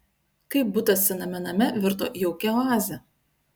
kaip butas sename name virto jaukia oaze